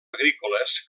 agrícoles